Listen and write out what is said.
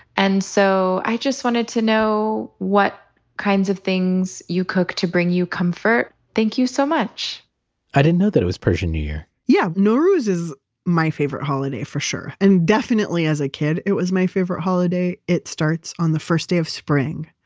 and so i just wanted to know what kinds of things you cook to bring you comfort? thank you so much i didn't know that it was persian new year yeah, nowruz is my favorite holiday for sure. and definitely as a kid it was my favorite holiday. it starts on the first day of spring.